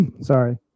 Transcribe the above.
sorry